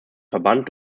verband